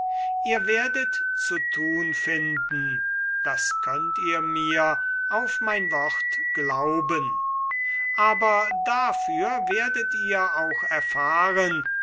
ihr werdet zu tun finden das könnt ihr mir auf mein wort glauben aber dafür werdet ihr auch erfahren